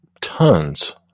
tons